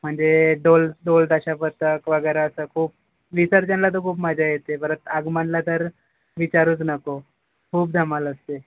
म्हणजे ढोल ढोल ताशा पथक वगैरे असं खूप विसर्जनला तर खूप मजा येते परत आगमनाला तर विचारूच नको खूप धमाल असते